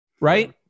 right